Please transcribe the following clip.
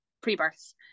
pre-birth